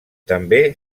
també